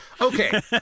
Okay